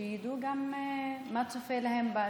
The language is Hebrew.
שידעו גם מה צפוי להם בעתיד.